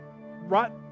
Right